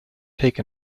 take